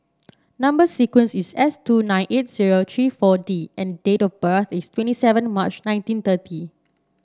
number sequence is S two nine eight zero three four D and date of birth is twenty seven March nineteen thirty